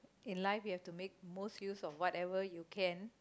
in life you have to make most use of whatever you can